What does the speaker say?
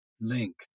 link